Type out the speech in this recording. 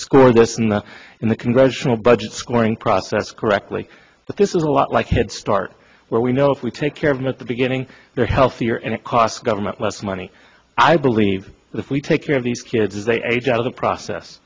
score this in the in the congressional budget scoring process correctly that this is a lot like head start where we know if we take care of me at the beginning they're healthier and it costs government less money i believe if we take care of these kids as they age out of the process